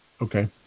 Okay